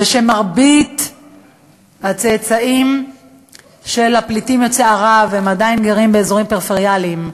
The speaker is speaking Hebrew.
ומרבית הצאצאים של הפליטים יוצאי ערב עדיין גרים באזורים פריפריאליים,